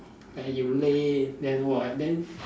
like you late then !wah!